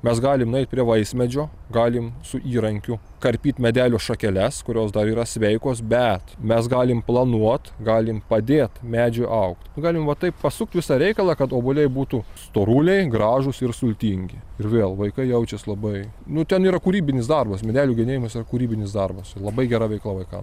mes galim nueit prie vaismedžio galim su įrankiu karpyt medelio šakeles kurios dar yra sveikos bet mes galim planuot galim padėt medžiui augt galim va taip pasukt visą reikalą kad obuoliai būtų storuliai gražūs ir sultingi ir vėl vaikai jaučias labai nu ten yra kūrybinis darbas medelių genėjimas yra kūrybinis darbas ir labai gera veikla vaikam